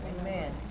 Amen